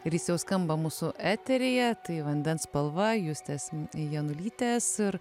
ir jis jau skamba mūsų eteryje tai vandens spalva justės janulytės ir